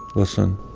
listen,